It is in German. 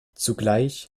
zugleich